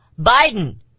Biden